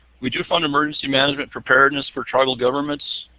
we do fund emergency management preparedness for tribal governments.